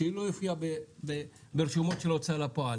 שלא יופיע ברשומות של ההוצאה לפועל.